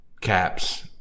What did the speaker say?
caps